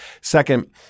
Second